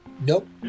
Nope